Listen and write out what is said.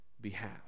behalf